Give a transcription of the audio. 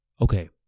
okay